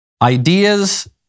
ideas